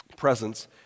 presence